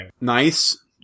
Nice